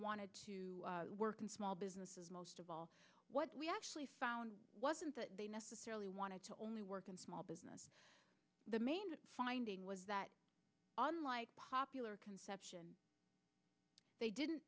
wanted to work in small businesses most of all what we actually found wasn't that they necessarily wanted to only work in small business the main finding was that unlike popular conception they didn't